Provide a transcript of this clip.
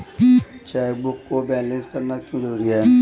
Chequebook को balance करना क्यों जरूरी है?